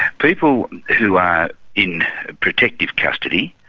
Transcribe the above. people who are in protective custody,